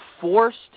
forced